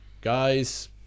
guys